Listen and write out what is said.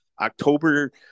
October